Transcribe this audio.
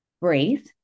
breathe